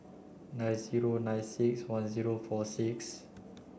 nine zero nine six one zero four six